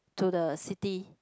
to the city